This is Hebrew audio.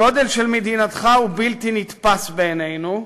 הגודל של מדינתך הוא בלתי נתפס בעינינו,